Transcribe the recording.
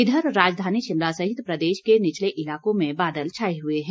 इधर राजधानी शिमला सहित प्रदेश के निचले इलाकों में बादल छाए हुए हैं